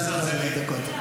לרשותך שלוש דקות.